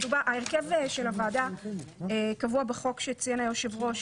ההרכב של הוועדה קבוע בחוק שציין היושב-ראש,